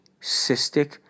cystic